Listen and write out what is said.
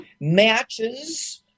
matches